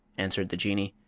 answered the jinnee,